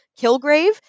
Kilgrave